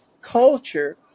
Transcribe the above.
culture